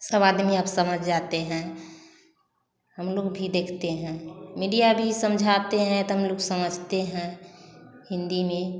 सब आदमी अब समझ जाते हैं हम लोग भी देखते हैं मीडिया भी समझाते हैं तब हम लोग समझते हैं हिंदी में